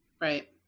Right